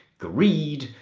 greed,